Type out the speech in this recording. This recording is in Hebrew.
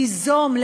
תיזום,